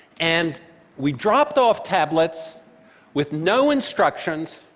and we dropped off tablets with no instructions